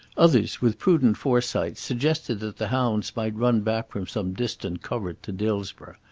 others, with prudent foresight, suggested that the hounds might run back from some distant covert to dillsborough,